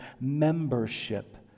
membership